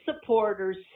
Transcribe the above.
supporters